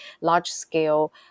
large-scale